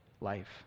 life